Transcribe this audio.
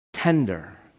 Tender